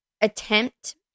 attempt